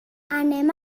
anem